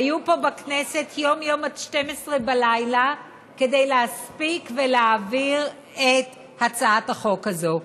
היו פה בכנסת יום-יום עד 24:00 כדי להספיק להעביר את הצעת החוק הזאת.